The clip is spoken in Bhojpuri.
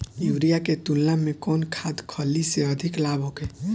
यूरिया के तुलना में कौन खाध खल्ली से अधिक लाभ होखे?